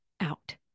out